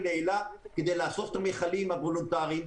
לאל"ה כדי לאסוף את המכלים הוולונטריים.